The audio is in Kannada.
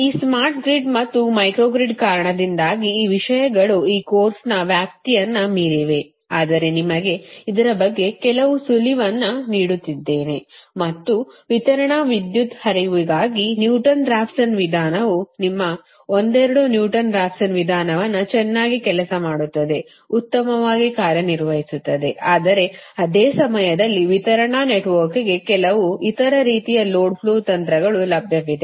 ಈ ಸ್ಮಾರ್ಟ್ ಗ್ರಿಡ್ ಮತ್ತು ಮೈಕ್ರೋ ಗ್ರಿಡ್ ಕಾರಣದಿಂದಾಗಿ ಈ ವಿಷಯಗಳು ಈ ಕೋರ್ಸ್ನ ವ್ಯಾಪ್ತಿಯನ್ನು ಮೀರಿವೆ ಆದರೆ ನಿಮಗೆ ಇದರ ಬಗ್ಗೆ ಕೆಲವು ಸುಳಿವನ್ನು ನೀಡುತ್ತಿದ್ದೇನೆ ಮತ್ತು ವಿತರಣಾ ವಿದ್ಯುತ್ ಹರಿವುಗಾಗಿ ನ್ಯೂಟನ್ ರಾಫ್ಸನ್ ವಿಧಾನವು ನಿಮ್ಮ ಒಂದೆರಡು ನ್ಯೂಟನ್ ರಾಫ್ಸನ್ ವಿಧಾನವನ್ನು ಚೆನ್ನಾಗಿ ಕೆಲಸ ಮಾಡುತ್ತದೆ ಉತ್ತಮವಾಗಿ ಕಾರ್ಯನಿರ್ವಹಿಸುತ್ತದೆ ಆದರೆ ಅದೇ ಸಮಯದಲ್ಲಿ ವಿತರಣಾ ನೆಟ್ವರ್ಕ್ಗೆ ಕೆಲವು ಇತರ ರೀತಿಯ ಲೋಡ್ ಫ್ಲೋ ತಂತ್ರಗಳು ಲಭ್ಯವಿದೆ